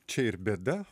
čia ir bėda